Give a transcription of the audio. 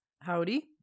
Howdy